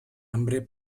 hambre